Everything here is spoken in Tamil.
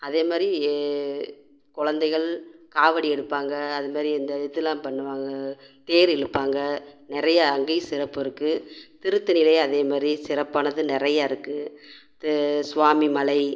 அதே மாதிரி ஏ குலந்தைகள் காவடி எடுப்பாங்கள் அது மாதிரி இந்த இதெலாம் பண்ணுவாங்கள் தேர் இழுப்பாங்க நிறையா அங்கேயும் சிறப்பு இருக்கும் திருத்தணியிலையும் அதே மாதிரி சிறப்பானது நிறைய இருக்கும் தே சுவாமிமலை